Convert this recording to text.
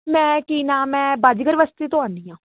ਮੈਂ ਕੀ ਨਾਮ ਹੈ ਬਾਜੀਗਰ ਬਸਤੀ ਤੋਂ ਆਉਂਦੀ ਆਂ